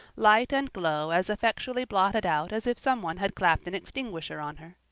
light and glow as effectually blotted out as if some one had clapped an extinguisher on her.